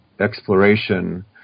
exploration